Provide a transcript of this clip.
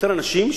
יותר אנשים,